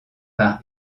par